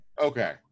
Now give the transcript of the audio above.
Okay